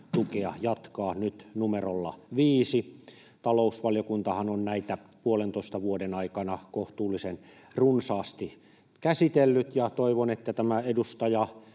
jatkaa nyt numerolla 5. Talousvaliokuntahan on näitä puolentoista vuoden aikana kohtuullisen runsaasti käsitellyt, ja toivon, että tämä edustaja